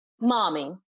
Mommy